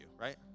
right